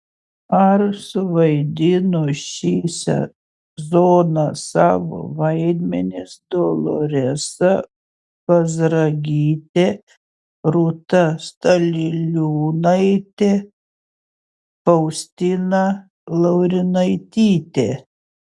ar suvaidino šį sezoną savo vaidmenis doloresa kazragytė rūta staliliūnaitė faustina laurinaitytė